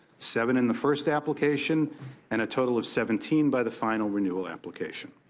seven in the first application and a total of seventeen by the final renewal application.